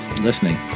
listening